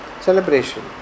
celebration